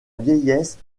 vieillesse